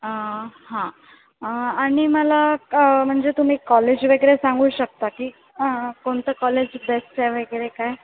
हां आणि मला म्हणजे तुम्ही कॉलेज वगैरे सांगू शकता की कोणतं कॉलेज बेस्ट आहे वगैरे काय